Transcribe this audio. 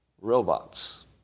robots